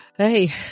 Hey